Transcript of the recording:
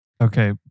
Okay